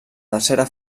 tercera